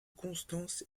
constance